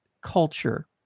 culture